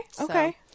Okay